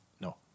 No